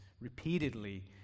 repeatedly